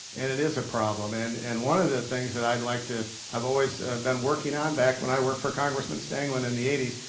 and it is a problem. and and one of the things that i'd like to, i've always been working on, back when i worked for congressman stangeland in the eighties,